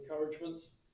encouragements